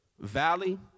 Valley